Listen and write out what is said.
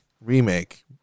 remake